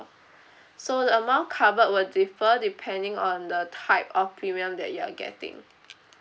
so the amount covered will differ depending on the type of premium that you're getting